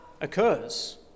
occurs